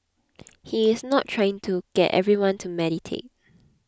he is not trying to get everyone to meditate